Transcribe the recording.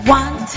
one